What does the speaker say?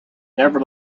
never